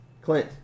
Clint